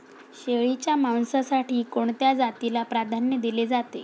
शेळीच्या मांसासाठी कोणत्या जातीला प्राधान्य दिले जाते?